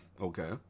Okay